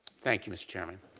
thank you, mr. chairman.